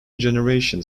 generating